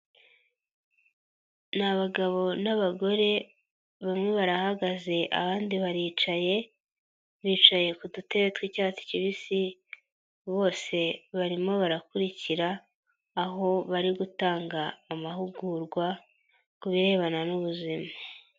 Ni abagabo n'abagore, bamwe barahagaze abandi baricaye, bicaye ku dutebe tw'icyatsi kibisi, bose barimo barakurikira, aho bari gutanga amahugurwa ku birebana n'ubuzima.